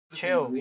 Chill